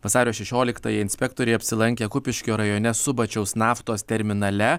vasario šešioliktąją inspektoriai apsilankė kupiškio rajone subačiaus naftos terminale